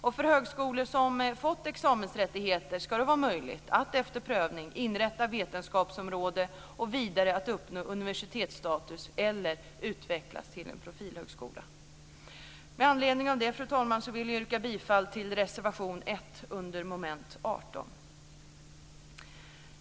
Och för högskolor som fått examensrättigheter ska det vara möjligt att efter prövning inrätta vetenskapsområde och vidare att uppnå universitetsstatus eller utvecklas till en profilhögskola. Med anledning av detta, fru talman, vill jag yrka bifall till reservation 1 under mom. 18.